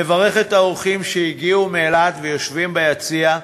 מברך את האורחים שהגיעו מאילת ויושבים ביציע,